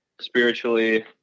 spiritually